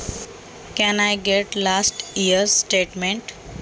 मला मागील एक वर्षाचे स्टेटमेंट मिळेल का?